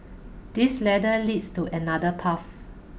this ladder leads to another path